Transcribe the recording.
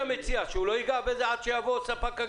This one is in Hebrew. מציע, שהוא לא יגע בזה עד שיבוא ספק הגז?